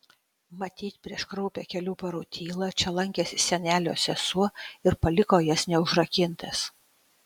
matyt prieš kraupią kelių parų tylą čia lankėsi senelio sesuo ir paliko jas neužrakintas